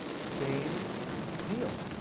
same deal,